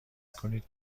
کنید